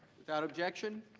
without objection,